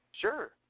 Sure